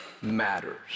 matters